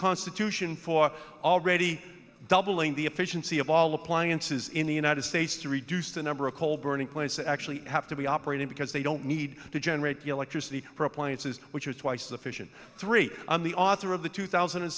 constitution for already doubling the efficiency of all appliances in the united states to reduce the number of coal burning plants actually have to be operating because they don't need to generate electricity for appliances which are twice the fission three and the author of the two thousand and